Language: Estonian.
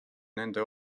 nende